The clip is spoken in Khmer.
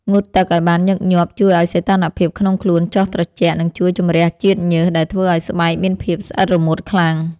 ងូតទឹកឱ្យបានញឹកញាប់ជួយឱ្យសីតុណ្ហភាពក្នុងខ្លួនចុះត្រជាក់និងជួយជម្រះជាតិញើសដែលធ្វើឱ្យស្បែកមានភាពស្អិតរមួតខ្លាំង។